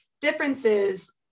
differences